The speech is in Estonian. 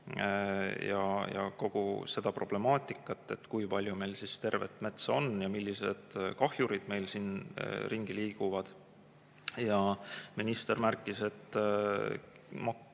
ja kogu seda problemaatikat, seda, kui palju meil tervet metsa on ja millised kahjurid meil siin ringi liiguvad. Minister märkis, et